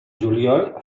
juliol